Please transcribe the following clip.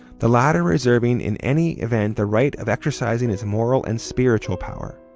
the latter reserving in any event the right of exercising its moral and spiritual power.